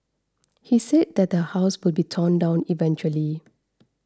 he said that the house will be torn down eventually